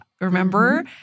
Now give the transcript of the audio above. Remember